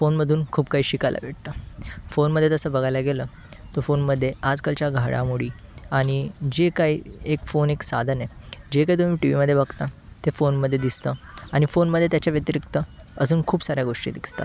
फोनमधून खूप काही शिकायला भेटतं फोनमध्ये तसं बघायला गेलं तर फोनमध्ये आजकालच्या घडामोडी आणि जे काही एक फोन एक साधन आहे जे काय तुम्ही टी व्हीमध्ये बघता ते फोनमध्ये दिसतं आणि फोनमध्ये त्याच्या व्यतिरिक्त अजून खूप साऱ्या गोष्टी दिसतात